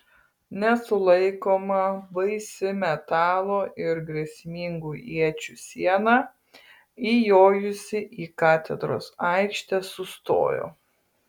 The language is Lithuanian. nesulaikoma baisi metalo ir grėsmingų iečių siena įjojusi į katedros aikštę sustojo